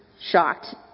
shocked